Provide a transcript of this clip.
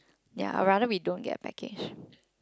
ya I rather we don't get a package